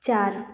चार